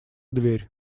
дверь